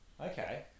Okay